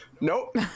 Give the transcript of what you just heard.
Nope